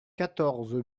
quatorze